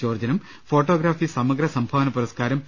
ജോർജ്ജിനും photography സമഗ്ര സംഭാവന പുരസ്കാരം പി